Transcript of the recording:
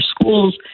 schools